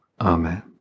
Amen